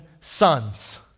sons